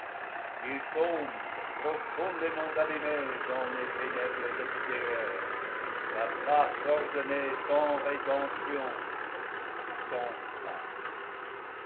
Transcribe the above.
il tombe profon dément abîmé dans les ténèbres extérieures sa place ordonnée sans rédemption sans fin